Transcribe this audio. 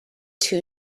two